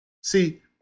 See